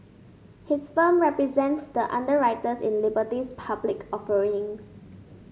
his firm represents the underwriters in Liberty's public offerings